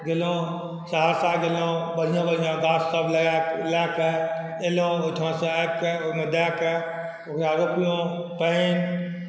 गेलौँ सहरसा गेलौँ बढ़िआँ बढ़िआँ गाछसब लऽ कऽ अएलौँ ओहिठामसँ आबिकऽ ओहिमे दऽ कऽ ओकरा रोपलौँ पानि